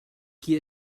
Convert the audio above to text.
qui